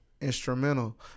instrumental